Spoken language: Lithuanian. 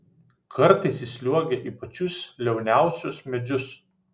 kartais įsliuogia į pačius liauniausius medžius